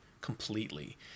completely